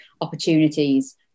opportunities